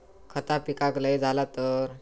खता पिकाक लय झाला तर?